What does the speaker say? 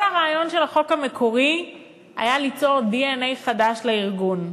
כל הרעיון של החוק המקורי היה ליצור דנ"א חדש לארגון,